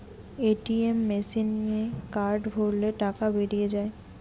ATM মেসিনে card ভরলে টাকা বেরিয়ে যায়